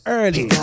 early